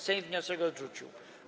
Sejm wniosek odrzucił.